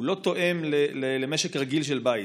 הוא לא תואם משק רגיל של בית,